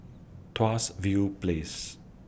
Tuas View Place